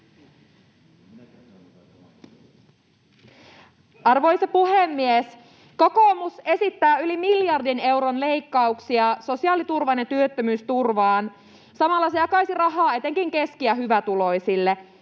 Arvoisa puhemies! Kokoomus esittää yli miljardin euron leikkauksia sosiaaliturvaan ja työttömyysturvaan. Samalla se jakaisi rahaa etenkin keski‑ ja hyvätuloisille.